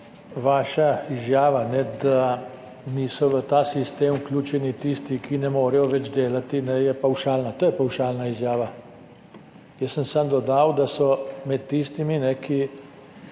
vaša izjava, da niso v ta sistem vključeni tisti, ki ne morejo več delati, pavšalna. To je pavšalna izjava. Jaz sem samo dodal, da so med tistimi, ki